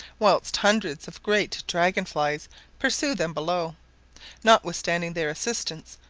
whilst hundreds of great dragonflies pursue them below notwithstanding their assistance,